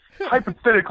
hypothetically